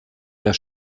der